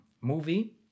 movie